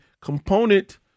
component